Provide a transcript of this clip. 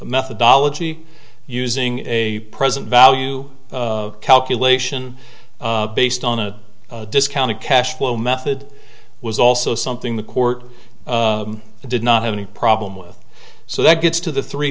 methodology using a present value calculation based on a discounted cash flow method was also something the court did not have any problem with so that gets to the three